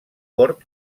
cort